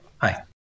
Hi